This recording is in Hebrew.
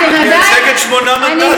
איזה רוב?